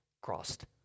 crossed